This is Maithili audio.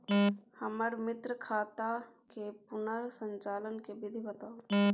हमर मृत खाता के पुनर संचालन के विधी बताउ?